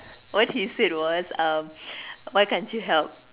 what he said was um why can't you help